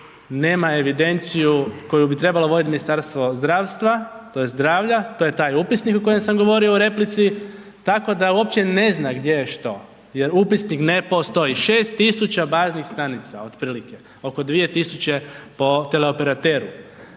nema evidenciju koju bi trebalo vodit Ministarstvo zdravstva tj. zdravlja, to je taj upisnik o kojem sam govorio u replici, tako da uopće ne zna gdje je što jer upisnik ne postoji 6000 baznih stanica otprilike, oko 2000 po teleoperateru